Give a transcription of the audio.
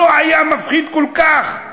לא היה מפחיד כל כך,